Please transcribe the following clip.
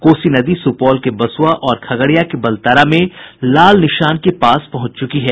कोसी नदी सुपौल के बसुआ और खगड़िया के बलतारा में लाल निशान के पास पहुंच चुकी है